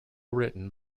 written